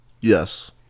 Yes